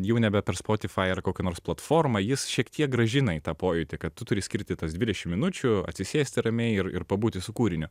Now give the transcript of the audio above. jau nebe per spotify ar kokią nors platformą jis šiek tiek grąžina į tą pojūtį kad tu turi skirti tas dvidešim minučių atsisėsti ramiai ir ir pabūti su kūriniu